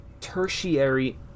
tertiary